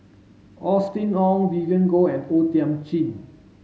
Austen Ong Vivien Goh and O Thiam Chin